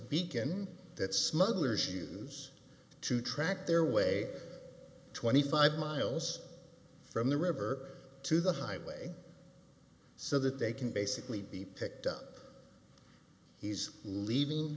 beacon that smugglers use to track their way twenty five miles from the river to the highway so that they can basically be picked up he's leaving